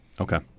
Okay